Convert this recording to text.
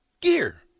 gear